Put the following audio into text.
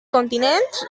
continents